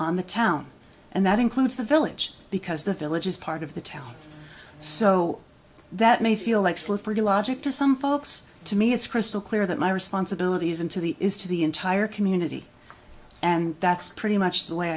on the town and that includes the village because the village is part of the town so that may feel like slippery logic to some folks to me it's crystal clear that my responsibilities into the is to the entire community and that's pretty much the way